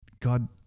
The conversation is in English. God